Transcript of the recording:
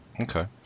Okay